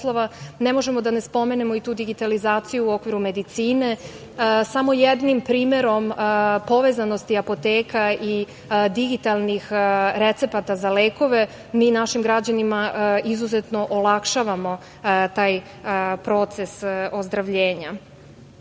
ne možemo da ne spomenemo i tu digitalizaciju u okviru medicine. Samo jednim primerom povezanosti apoteka i digitalnih recepata za lekove mi našim građanima izuzetno olakšavamo taj proces ozdravljenja. Takođe,